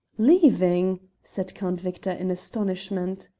leaving! said count victor in astonishment.